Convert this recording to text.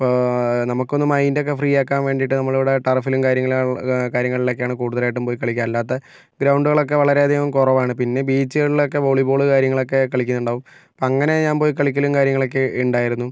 ഇപ്പോൾ നമുക്കൊന്ന് മൈൻഡ് ഒക്കെ ഫ്രീ ആകാൻ വേണ്ടിയിട്ട് നമ്മൾ ഇവിടെ ടർഫിലും കാര്യങ്ങളും കാര്യങ്ങളിലുമൊക്കെയാണ് കൂടുതലായിട്ടും പോയി കളിക്കുക അല്ലാത്ത ഗ്രൗണ്ടുകളൊക്കെ വളരെയധികം കുറവാണ് പിന്നെ ബീച്ചുകളിൽ ഒക്കെ വോളി ബോൾ കാര്യങ്ങളൊക്കെ കളിക്കുന്നുണ്ടാകും അപ്പം അങ്ങനെ ഞാൻ പോയി കളിക്കലും കാര്യങ്ങളൊക്കെ ഉണ്ടായിരുന്നു